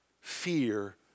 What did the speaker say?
fear